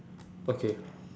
okay